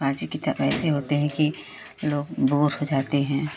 बाज़ किताबें ऐसे होते हैं कि लोग बोर हो जाते हैं